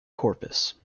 corpus